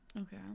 Okay